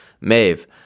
Maeve